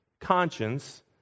conscience